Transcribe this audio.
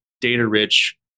data-rich